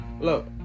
Look